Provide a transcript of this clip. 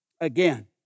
Again